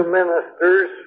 ministers